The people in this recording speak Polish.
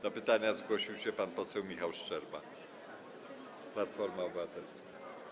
Do pytania zgłosił się pan poseł Michał Szczerba, Platforma Obywatelska.